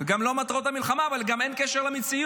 גם לא במטרות המלחמה, אבל גם אין קשר למציאות.